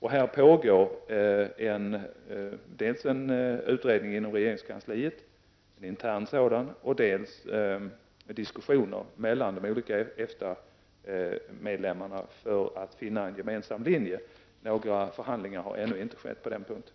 Här pågår dels en intern utredning inom regeringskansliet, dels diskussioner mellan de olika EFTA-medlemmarna för att finna en gemensam linje. Några förhandlingar har ännu inte skett på den punkten.